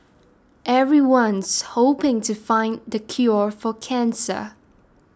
everyone's hoping to find the cure for cancer